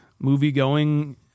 movie-going